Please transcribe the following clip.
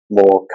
more